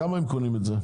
בכמה הם קונים את זה?